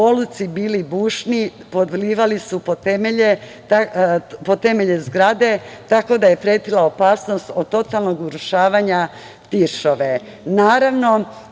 oluci bili bušni, podlivali su pod temelje zgrade, tako da je pretila opasnost od totalnog urušavanja Tiršove. Naravno